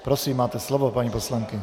Prosím, máte slovo, paní poslankyně.